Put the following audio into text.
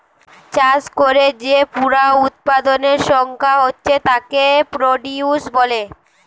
চাষ কোরে যে পুরা উৎপাদনের সংখ্যা হচ্ছে তাকে প্রডিউস বলে